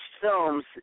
films